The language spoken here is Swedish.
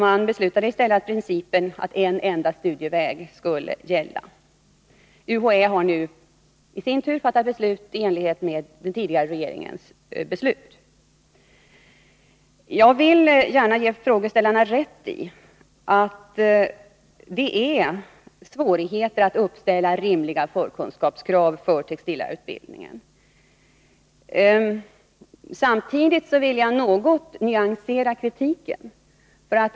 Man beslutade i stället att principen en enda studieväg skulle gälla. UHÄ har i sin tur fattat beslut i enlighet med den tidigare regeringens beslut. Jag vill gärna ge frågeställaren rätt i att det föreligger svårigheter att uppställa rimliga förkunskapskrav för textillärarutbildningen. Samtidigt vill jag något nyansera kritiken.